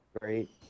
Great